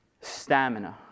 stamina